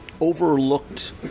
overlooked